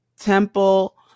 temple